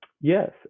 Yes